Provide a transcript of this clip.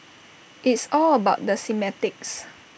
it's all about the semantics